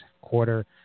quarter